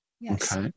Yes